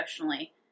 emotionally